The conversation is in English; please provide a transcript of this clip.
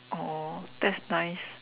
oh that's nice